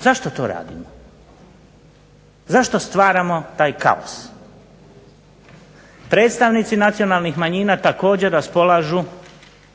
pravnu osobnost. Zašto stvaramo taj kaos? predstavnici nacionalnih manjina također raspolažu